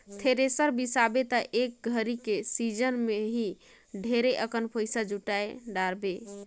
thresher बिसाबे त एक घरी के सिजन मे ही ढेरे अकन पइसा जुटाय डारबे